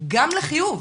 גם לחיוב,